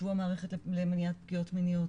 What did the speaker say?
שבוע מערכת החינוך על פגיעה של הטרדות מיניות,